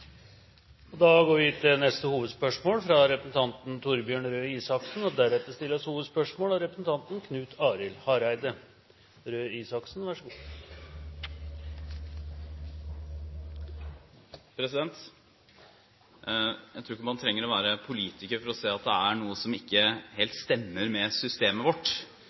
går til neste hovedspørsmål. Jeg tror ikke man trenger å være politiker for å se at det er noe som ikke helt stemmer med systemet vårt. Vi kan se det på tallene, og så kan vi også se det på historiene. Det er unge uføre som